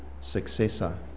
successor